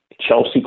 Chelsea